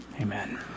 amen